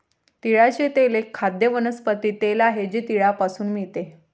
तिळाचे तेल एक खाद्य वनस्पती तेल आहे जे तिळापासून मिळते